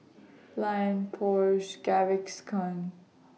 Lion Porsche Gaviscon